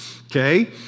Okay